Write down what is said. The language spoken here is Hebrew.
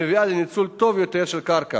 המביאה לניצול טוב יותר של הקרקע.